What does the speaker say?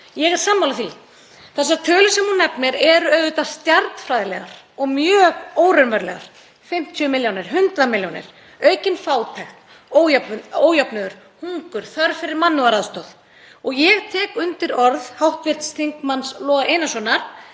Ég er sammála því. Þessar tölur sem hún nefnir eru auðvitað stjarnfræðilegar og mjög óraunverulegar; 50 milljónir, 100 milljónir, aukin fátækt, ójöfnuður, hungur, þörf fyrir mannúðaraðstoð. Ég tek undir orð hv. þm. Loga Einarssonar